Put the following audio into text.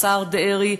השר דרעי,